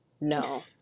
no